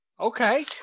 Okay